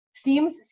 Seems